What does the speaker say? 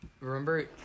remember